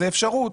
זה אפשרות.